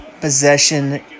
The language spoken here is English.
possession